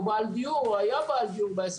הוא בעל דיור או היה בעל דיור ב-10